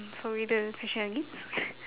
sorry the question again sorry